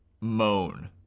moan